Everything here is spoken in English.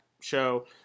show